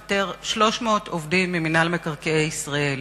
האוצר מבקש לפטר 300 עובדים ממינהל מקרקעי ישראל.